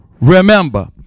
remember